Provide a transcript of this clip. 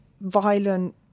violent